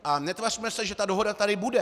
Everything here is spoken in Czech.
A netvařme se, že dohoda tady bude.